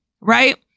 right